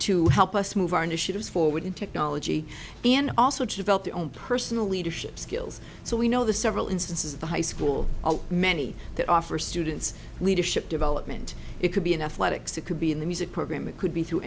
to help us move our initiatives forward in technology and also to develop their own personal leadership skills so we know the several instances of the high school many that offer students leadership development it could be an athletics it could be in the music program it could be t